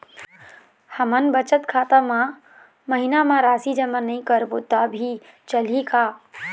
हमन बचत खाता मा महीना मा राशि जमा नई करबो तब भी चलही का?